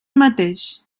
mateix